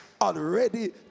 already